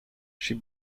she